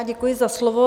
Děkuji za slovo.